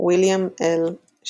ויליאם ל.